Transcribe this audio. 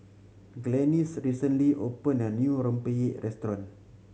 Glennis recently opened a new rempeyek restaurant